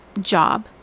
job